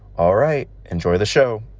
all right, enjoy the show